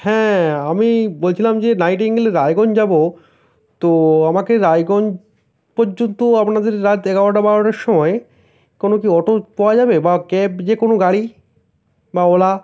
হ্যাঁ আমি বলছিলাম যে নাইটিঙ্গেলে রায়গঞ্জ যাব তো আমাকে রায়গঞ্জ পর্যন্ত আপনাদের রাত এগারোটা বারোটার সময় কোনো কি অটো পাওয়া যাবে বা ক্যাব যে কোনো গাড়ি বা ওলা